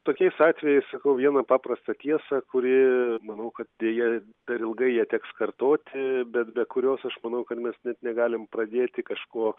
tokiais atvejais sakau vieną paprastą tiesą kuri manau kad deja per ilgai ją teks kartoti bet be kurios aš manau kad mes net negalim pradėti kažko